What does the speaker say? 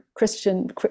Christian